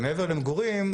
מעבר למגורים,